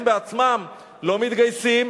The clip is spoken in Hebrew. הם בעצמם לא מתגייסים.